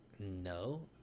no